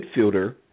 midfielder